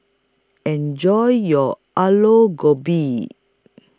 Enjoy your Aloo Gobi